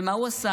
ומה הוא עשה?